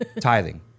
Tithing